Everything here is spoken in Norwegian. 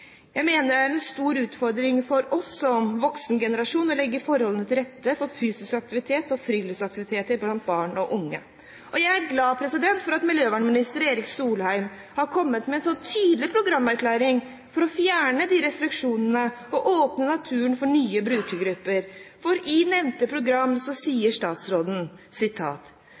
Jeg mener det er en stor utfordring for oss som voksengenerasjon å legge forholdene til rette for fysisk aktivitet og friluftsaktiviteter blant barn og unge. Og jeg er glad for at miljøvernminister Erik Solheim har kommet med en så tydelig programerklæring om å fjerne restriksjoner og åpne naturen for nye brukergrupper. For i nevnte program sier statsråden: